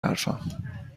حرفم